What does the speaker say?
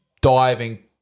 diving